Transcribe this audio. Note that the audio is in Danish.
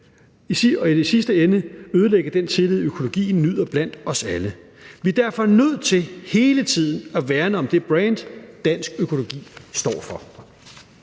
og i sidste ende ødelægge den tillid, økologien nyder blandt os alle. Vi er derfor nødt til hele tiden at værne om det brand, dansk økologi står for.